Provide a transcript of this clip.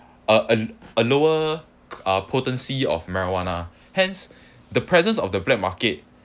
a a a lower potency of marijuana hence the presence of the black market